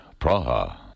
Praha